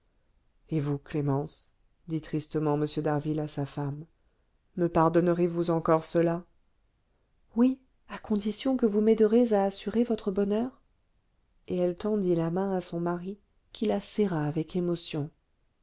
et vous clémence dit tristement m d'harville à sa femme me pardonnerez-vous encore cela oui à condition que vous m'aiderez à assurer votre bonheur et elle tendit la main à son mari qui la serra avec émotion